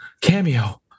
Cameo